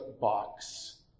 box